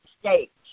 States